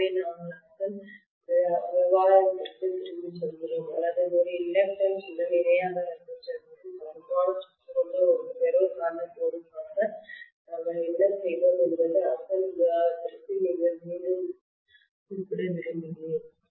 எனவே நாங்கள் அசல் விவாதத்திற்குத் திரும்பிச் செல்கிறோம் அல்லது ஒரு இண்டக்டன்ஸ் உடன் இணையாக ரெசிஸ்டன்ஸ் ன் சமமான சுற்று கொண்ட ஒரு ஃபெரோ காந்த கோருக்காக நாங்கள் என்ன செய்தோம் என்பதை அசல் விவாதத்திற்கு நீங்கள் மீண்டும் குறிப்பிட விரும்புகிறேன்